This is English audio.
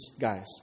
guys